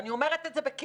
אני אומרת את זה בכאב,